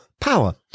power